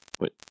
Wait